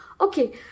Okay